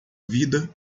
vida